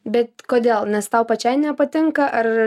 bet kodėl nes tau pačiai nepatinka ar